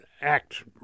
act